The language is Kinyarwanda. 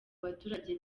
baturage